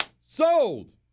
sold